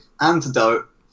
antidote